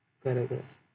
kind of good